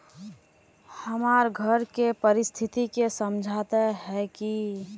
हमर घर के परिस्थिति के समझता है की?